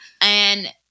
And-